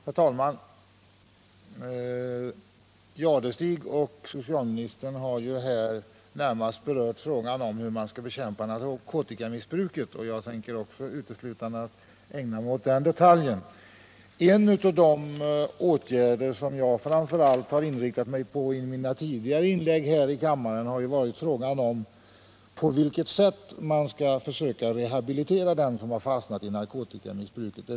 Herr talman! Jadestig och socialministern har här närmast berört frågan om hur man skall bekämpa narkotikamissbruket, och även jag tänker uteslutande ägna mig åt det problemet. En av de frågor som jag framför allt inriktat mig på i mina tidigare inlägg här i kammaren har varit på vilket sätt man skall försöka rehabilitera dem som fastnat i narkotikamissbruk.